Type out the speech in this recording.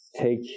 take